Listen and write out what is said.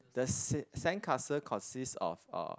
the sa~ sand castle consist of uh